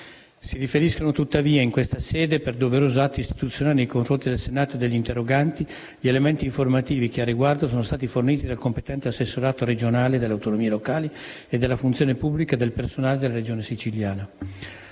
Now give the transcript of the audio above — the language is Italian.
Si riferiscono tuttavia, in questa sede, per doveroso atto istituzionale nei confronti del Senato e degli interroganti, gli elementi informativi che, al riguardo, sono stati fomiti dal competente assessorato regionale delle autonomie locali e della funzione pubblica e del personale della Regione Siciliana.